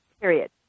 Period